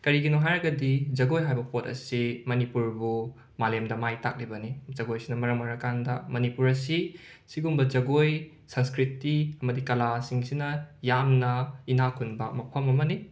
ꯀꯔꯤꯒꯤꯅꯣ ꯍꯥꯏꯔꯒꯗꯤ ꯖꯒꯣꯏ ꯍꯥꯏꯕ ꯄꯣꯠ ꯑꯁꯤ ꯃꯅꯤꯄꯨꯔꯕꯨ ꯃꯥꯂꯦꯝꯗ ꯃꯥꯏ ꯇꯥꯛꯂꯤꯕꯅꯤ ꯖꯒꯣꯏ ꯑꯁꯤꯅ ꯃꯔꯝ ꯑꯣꯏꯔꯀꯥꯟꯗ ꯃꯅꯤꯄꯨꯔ ꯑꯁꯤ ꯑꯁꯤꯒꯨꯝꯕ ꯖꯒꯣꯏ ꯁꯪꯁꯀ꯭ꯔꯤꯇꯤ ꯑꯃꯗꯤ ꯀꯂꯥꯁꯤꯡꯁꯤꯅ ꯌꯥꯝꯅ ꯏꯅꯥꯛ ꯈꯨꯟꯕ ꯃꯐꯝ ꯑꯃꯅꯤ